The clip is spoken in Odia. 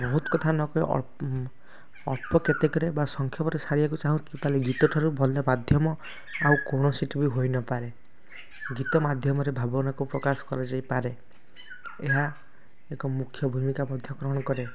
ବହୁତ କଥା ନ କହି ଅଳ୍ପ ଅଳ୍ପ କେତେକେରେ ବା ସଂକ୍ଷେପରେ ସାରିବାକୁ ଚାହୁଁ ତାହାଲେ ଗୀତ ଠାରୁ ଭଲ ମାଧ୍ୟମ ଆଉ କୌଣସିଟି ବି ହୋଇ ନ ପାରେ ଗୀତ ମାଧ୍ୟମରେ ଭାବନାକୁ ପ୍ରକାଶ କରାଯାଇ ପାରେ ଏହା ଏକ ମୁଖ୍ୟ ଭୂମିକା ମଧ୍ୟ ଗ୍ରହଣ କରେ